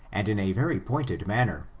and in a very pointed manner.